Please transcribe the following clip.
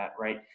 right